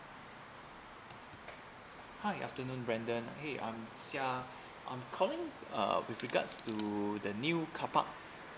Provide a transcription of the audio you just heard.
hi afternoon brandon hey I'm siah I'm calling uh with regards to the new car park